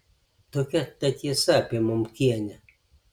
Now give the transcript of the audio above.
tokia ta tiesa apie momkienę